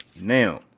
now